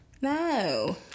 No